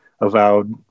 avowed